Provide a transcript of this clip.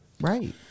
Right